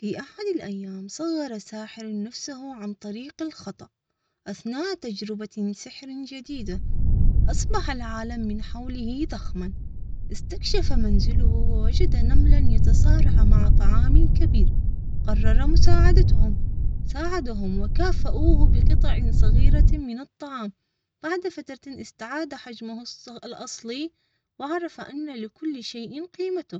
في أحد الأيام صغر ساحرٍ نفسه عن طريق الخطأ أثناء تجربة سحرٍ جديدة أصبح العالم من حوله ضخمًا إستكشف منزله ووجد نملًا يتصارع مع طعامٍ كبير قرر مساعدتهم. ساعدهم وكافؤوه بقطعٍ صغيرةٍ من الطعام بعد فترة.